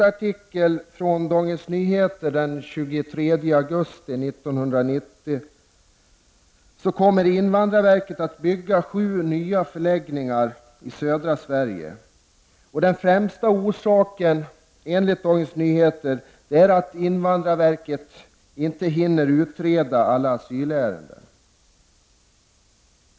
augusti 1990 kommer invandrarverket att bygga sju nya förläggningar i södra Sverige. Den främsta orsaken är, enligt Dagens Nyheter, att invandrarverket inte hinner utreda alla asylärenden.